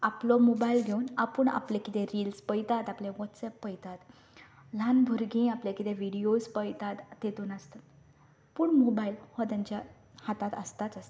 आपलो मोबायल घेवून आपूण आपले किते रिल्स पळयतात आपले वॉट्सऍप पळयतात ल्हान भुरगीं आपले कितें व्हिडियोड पळयतात तितून आसतात ते पूण मोबायल हो तांच्या हाताक आसताच आसता